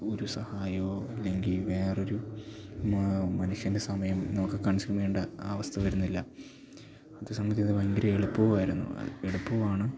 ഒരു സഹായവും ഇല്ലെങ്കിൽ വേറെ ഒരു മനുഷ്യൻ്റെ സമയം നമുക്ക് കൺസ്യൂം ചെയ്യേണ്ട അവസ്ഥ വരുന്നില്ല അത് സംബന്ധിക്കുന്ന ഭയങ്കര എളുപ്പവും ആയിരുന്നു എളുപ്പവും ആണ്